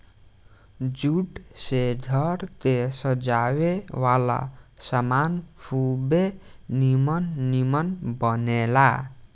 jute से घर के सजावे वाला सामान खुबे निमन निमन बनेला